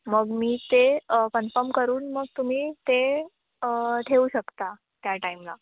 मग मी ते कन्फम करून मग तुम्ही ते ठेवू शकता त्या टाईमाला